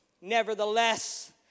Nevertheless